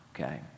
okay